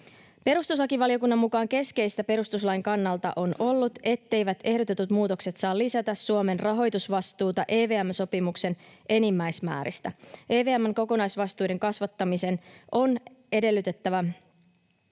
Perustuslakivaliokunnan mukaan keskeistä perustuslain kannalta on ollut, etteivät ehdotetut muutokset saa lisätä Suomen rahoitusvastuuta EVM-sopimuksen enimmäismääristä. EVM:n kokonaisvastuiden kasvattamisen on edellytettävä